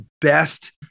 best